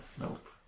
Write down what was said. Nope